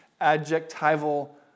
adjectival